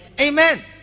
Amen